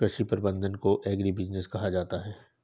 कृषि प्रबंधन को एग्रीबिजनेस कहा जाता है